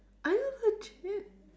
are you legit